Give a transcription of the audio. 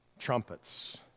trumpets